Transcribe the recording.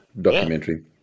documentary